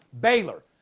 Baylor